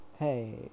Hey